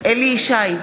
אליהו ישי,